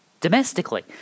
domestically